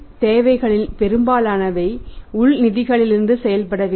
மேலும் நிதி தேவைகளில் பெரும்பாலானவை உள் நிதிகளிலிருந்து செய்யப்பட வேண்டும்